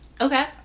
okay